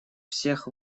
всех